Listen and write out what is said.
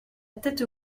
tête